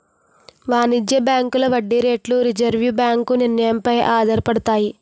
వాణిజ్య బ్యాంకుల వడ్డీ రేట్లు రిజర్వు బ్యాంకు నిర్ణయం పై ఆధారపడతాయి